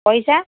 ପଇସା